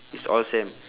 it's all same